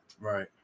Right